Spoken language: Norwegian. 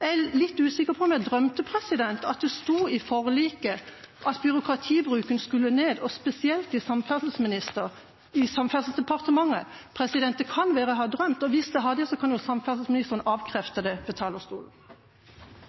Jeg er litt usikker på om jeg drømte at det sto i forliket at byråkratibruken skulle ned, og spesielt i Samferdselsdepartementet. Det kan være jeg har drømt, og hvis jeg har det, kan jo samferdselsministeren bekrefte det fra talerstolen. Det er noen voldsomme påstander som kommer her fra forskjellige representanter. For å si det sånn: Jeg lurer noen ganger på om representantene fra Arbeiderpartiet ser forskjellen på Nye Veier og